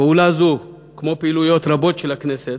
פעולה זו, כמו פעילויות רבות של הכנסת,